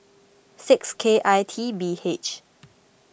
six K I T B H